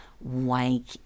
wake